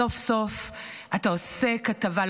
סוף-סוף אתה עושה כתבה,